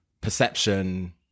perception